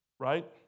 Right